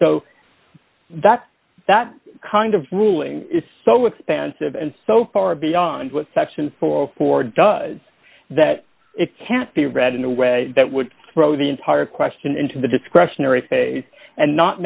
so that that kind of ruling is so expensive and so far beyond what section four or four does that it can't be read in a way that would throw the entire question into the discretionary phase and not